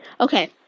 Okay